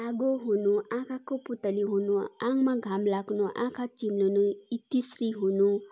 आगो हुनु आँखाको पुतली हुनु आङ्मा घाम लाग्नु आँखा चिम्लनु इतिश्री हुनु